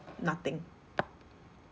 nothing